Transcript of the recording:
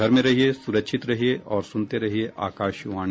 घर में रहिये सुरक्षित रहिये और सुनते रहिये आकाशवाणी